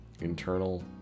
internal